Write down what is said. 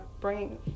brain